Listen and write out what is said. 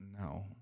No